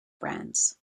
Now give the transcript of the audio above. brands